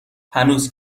هنوز